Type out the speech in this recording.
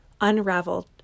unraveled